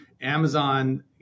Amazon